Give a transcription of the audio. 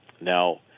Now